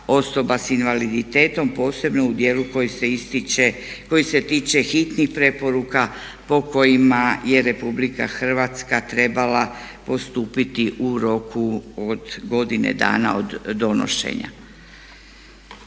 osoba s invaliditetom posebno u dijelu koji se tiče hitnih preporuka po kojima je Republika Hrvatska trebala postupiti u roku od godine dana od donošenja.